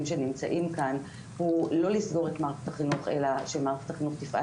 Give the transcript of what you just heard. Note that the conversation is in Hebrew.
שנמצאים כאן הוא לא לסגור את מערכת החינוך אלא שמערכת החינוך תפעל